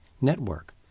network